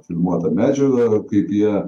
filmuotą medžiagą kaip jie